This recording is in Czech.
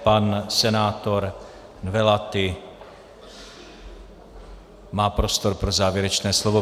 Pan senátor Nwelati má prostor pro závěrečné slovo.